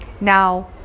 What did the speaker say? Now